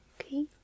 Okay